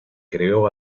creó